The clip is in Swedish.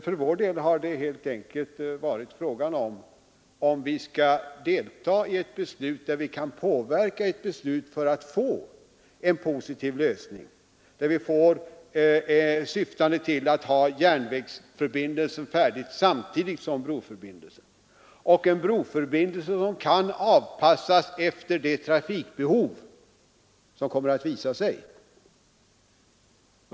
För vår del har det helt enkelt gällt om vi skall delta i ett beslut där vi kan medverka till en positiv lösning, syftande till att ha järnvägsförbindelsen färdig samtidigt som broförbindelsen — en broförbindelse som kan avpassas efter det trafikbehov som kommer att visa sig.